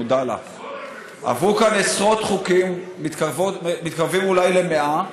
עברו כאן עשרות חוקים, מתקרבים אולי ל-100,